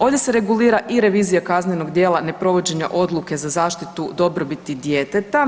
Ovdje se regulira i revizija kaznenog djela neprovođenja odluke za zaštitu dobrobiti djeteta.